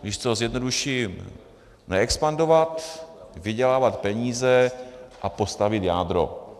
Když to zjednoduším, neexpandovat, vydělávat peníze a postavit jádro.